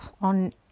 on